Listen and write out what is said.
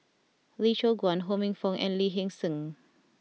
Lee Choon Guan Ho Minfong and Lee Hee Seng